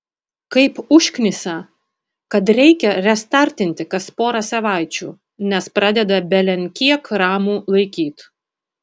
kaip užknisa kad reikia restartinti kas porą savaičių nes pradeda belenkiek ramų laikyt